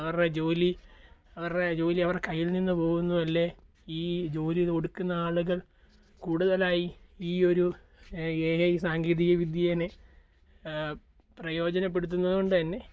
അവരുടെ ജോലി അവരുടെ ജോലി അവരുടെ കയ്യിൽ നിന്ന് പോകുന്നു അല്ലെങ്കിൽ ഈ ജോലി കൊടുക്കുന്ന ആളുകൾ കൂടുതലായി ഈ ഒരു എ ഐ സാങ്കേതിക വിദ്യയെ പ്രയോജനപ്പെടുത്തുന്നത് കൊണ്ടുതന്നെ